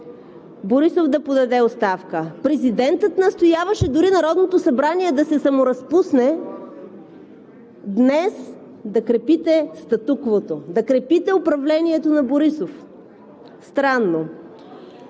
Борисов да подаде оставка, президентът настояваше дори Народното събрание да се саморазпусне, днес да крепите статуквото, да крепите управлението на Борисов?! Странно!